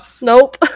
Nope